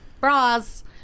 bras